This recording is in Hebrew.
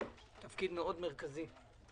שזה תפקיד מאוד מרכזי.